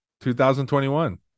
2021